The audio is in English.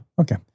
Okay